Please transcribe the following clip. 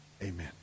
amen